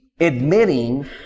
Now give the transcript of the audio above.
admitting